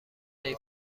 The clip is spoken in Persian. این